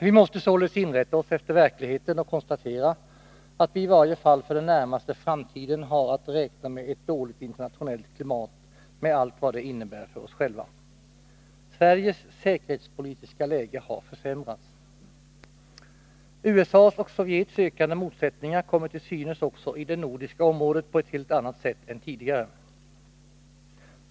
Vi måste således inrätta oss efter verkligheten och konstatera att vi i varje fall för den närmaste framtiden har att räkna med ett dåligt internationellt klimat med allt vad det innebär för oss själva. Sveriges säkerhetspolitiska läge har försämrats. USA:s och Sovjets ökande motsättningar kommer till synes också i det nordiska området på ett helt annat sätt än tidigare.